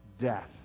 Death